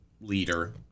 leader